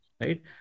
right